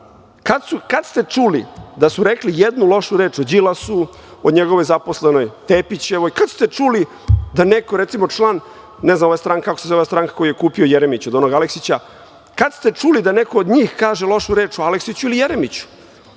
Kada ste čuli da su rekli jednu lošu reč o Đilasu, o njegovoj zaposlenoj Tepićevoj? Kada ste čuli da neko, recimo član, ne znam kako se zove ova stranka koju je kupio Jeremić, od onog Aleksića, kada ste čuli da neko od njih kaže lošu reč o Aleksiću ili Jeremiću?